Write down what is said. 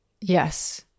Yes